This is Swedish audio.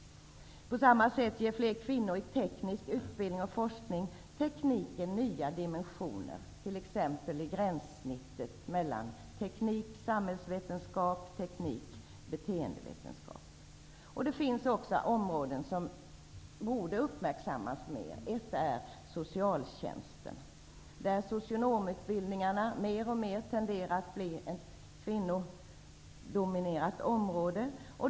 På samma sätt har fler kvinnor i teknisk utbildning och forskning bedömts kunna ge tekniken ytterligare dimensioner, t.ex. i gränssnittet mellan teknik och samhälls resp. beteendevetenskap. Det finns områden som borde uppmärksammas mer. Ett sådant är socialtjänsten. Socionomutbildningen har på senare år blivit alltmer kvinnligt dominerad.